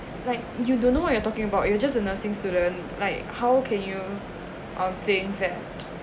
like you don't know what you are talking about you are just a nursing student like how can you on things that